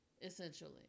essentially